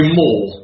more